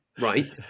right